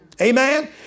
Amen